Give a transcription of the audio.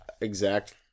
exact